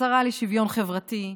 השרה לשוויון חברתי,